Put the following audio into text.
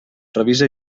revisa